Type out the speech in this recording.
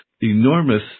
enormous